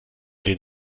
den